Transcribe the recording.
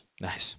Nice